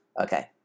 Okay